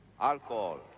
alcohol